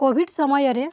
Covid ସମୟରେ